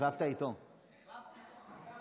חבריי חברי הכנסת, רבותיי השרים,